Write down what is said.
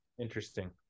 Interesting